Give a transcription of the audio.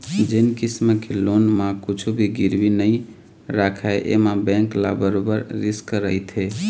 जेन किसम के लोन म कुछ भी गिरवी नइ राखय एमा बेंक ल बरोबर रिस्क रहिथे